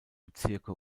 bezirke